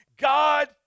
God